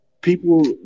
people